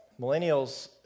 Millennials